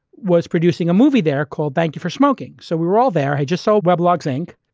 was producing a movie there called thank you for smoking. so we're all there, i just sold weblogs inc.